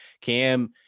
cam